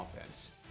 offense